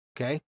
Okay